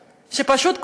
פשוט,